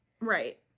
Right